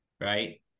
right